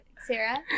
Sarah